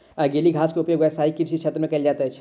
गीली घास के उपयोग व्यावसायिक कृषि क्षेत्र में कयल जाइत अछि